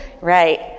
Right